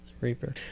reaper